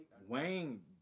Wayne